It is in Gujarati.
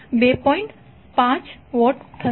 5 વોટ થશે